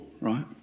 right